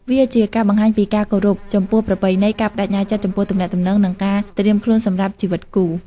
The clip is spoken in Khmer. វាជាការបង្ហាញពីការគោរពចំពោះប្រពៃណី ការប្តេជ្ញាចិត្តចំពោះទំនាក់ទំនង និងជាការត្រៀមខ្លួនសម្រាប់ជីវិតគូ។